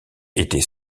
était